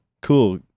cool